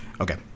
Okay